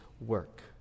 work